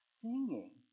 singing